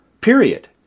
period